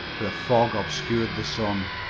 for a fog obscured the sun.